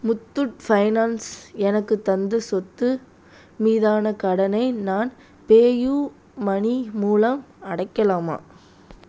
Muthoot finance எனக்குத் தந்த சொத்து மீதான கடனை நான் பேயூமனி மூலம் அடைக்கலாமா